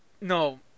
No